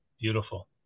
beautiful